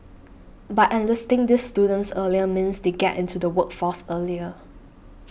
but enlisting these students earlier means they get into the workforce earlier